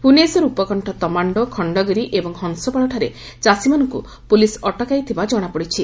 ଭୁବନେଶ୍ୱର ଉପକଶ୍ଖ ତମାଶ୍ଡୋ ଖଣଗିରି ଏବଂ ହଂସପାଳଠାରେ ଚାଷୀମାନଙ୍ଙୁ ପୁଲିସ୍ ଅଟକାଇଥିବା ଜଶାପଡ଼ିଛି